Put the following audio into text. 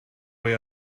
way